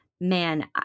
man